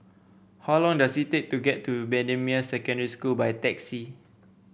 how long does it take to get to Bendemeer Secondary School by taxi